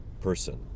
person